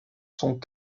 sont